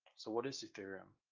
so what is ethereum?